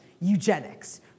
eugenics